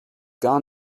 gar